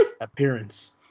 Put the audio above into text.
appearance